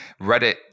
Reddit